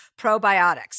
probiotics